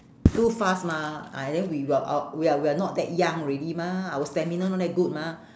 too fast mah ah then we will out we are we are not that young already mah our stamina not that good mah